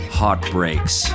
heartbreaks